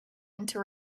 into